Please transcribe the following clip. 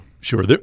Sure